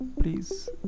please